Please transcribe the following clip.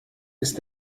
ist